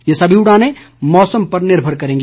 ये सभी उड़ानें मौसम पर निर्भर करेंगी